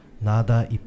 nada